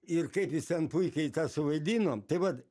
ir kaip jis ten puikiai tą suvaidino tai vat